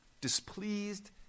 displeased